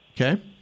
Okay